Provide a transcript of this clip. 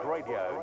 Radio